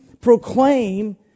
proclaim